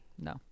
no